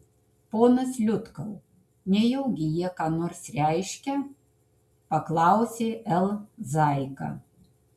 ponas liutkau nejaugi jie ką nors reiškia paklausė l zaika